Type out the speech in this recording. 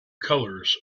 colours